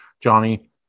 Johnny